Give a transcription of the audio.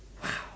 !wow!